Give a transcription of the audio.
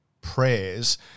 prayers